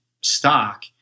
stock